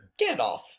Gandalf